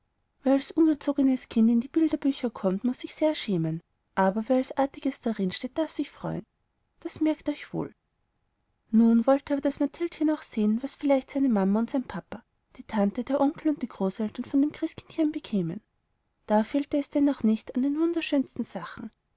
ungezognes kind in die bilderbücher kommt muß sich sehr schämen aber wer als artiges darinsteht darf sich freuen das merkt euch wohl nun wollte aber das mathildchen auch sehen was vielleicht seine mama und sein papa die tante der onkel und die großeltern von dem christkindchen bekämen da fehlte es denn auch nicht an den wunderschönsten sachen